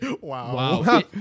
Wow